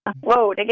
whoa